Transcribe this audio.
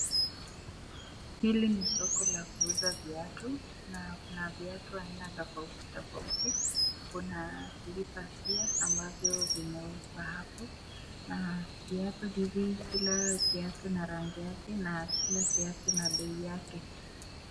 Hili ni soko la kuuza viatu na kuna viatu aina tofauti tofauti. Kuna slippers pia ambavyo vinauzwa hapo na viatu hivi kila kiatu na rangi yake na kila kiatu na bei yake.